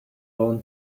own